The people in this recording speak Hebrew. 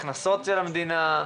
הכנסות של המדינה?